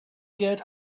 get